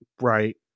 Right